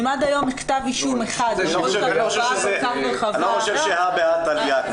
אם עד היום כתב אישום אחד --- אני לא חושב שהא בהא תליא.